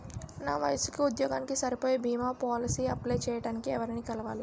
నా వయసుకి, ఉద్యోగానికి సరిపోయే భీమా పోలసీ అప్లయ్ చేయటానికి ఎవరిని కలవాలి?